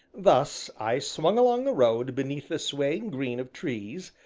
thus, i swung along the road beneath the swaying green of trees,